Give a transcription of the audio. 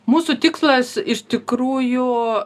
mūsų tikslas iš tikrųjų